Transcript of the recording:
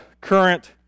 current